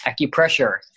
acupressure